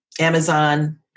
Amazon